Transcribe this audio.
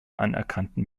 anerkannten